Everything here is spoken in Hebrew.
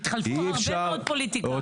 התחלפו הרבה פוליטיקאים.